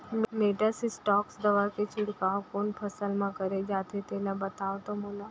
Metasystox दवा के छिड़काव कोन फसल म करे जाथे तेला बताओ त मोला?